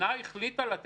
אבל הצו הזה לא טוב.